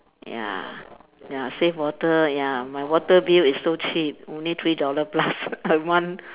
ya ya save water ya my water bill is so cheap only three dollar plus a month